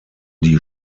die